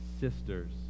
sisters